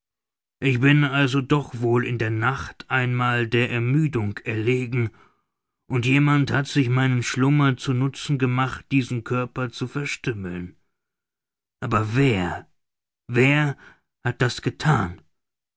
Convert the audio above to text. ich bin also doch wohl in der nacht einmal der ermüdung erlegen und jemand hat sich meinen schlummer zu nutzen gemacht diesen körper zu verstümmeln aber wer wer hat das gethan